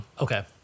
Okay